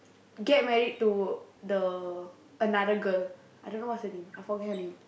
get married to the another girl I don't know what's her name I forget her name